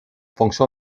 fonction